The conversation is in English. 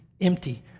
empty